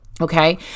Okay